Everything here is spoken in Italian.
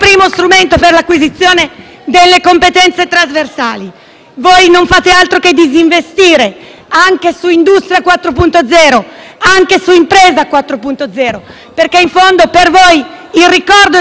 primo strumento per l'acquisizione delle competenze trasversali. *(Applausi dal Gruppo PD)*. Non fate altro che disinvestire anche su Industria 4.0 e su Impresa 4.0, perché, in fondo, per voi il ricordo